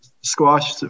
squash